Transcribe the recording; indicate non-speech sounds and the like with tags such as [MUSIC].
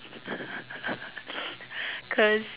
[LAUGHS] cause